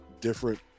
different